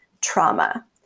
trauma